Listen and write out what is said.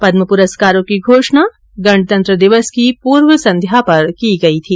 पदम पुरस्कारों की घोषणा गणतंत्र दिवस की पूर्व संध्या पर की गई थी